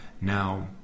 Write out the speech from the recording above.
Now